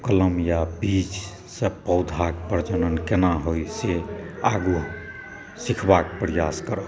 कलम या बीजसँ पौधाक प्रजनन केना होइ से आगू सिखबाक प्रयास करब